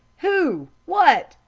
who? what?